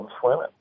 swimming